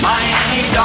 Miami